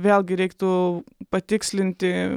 vėlgi reiktų patikslinti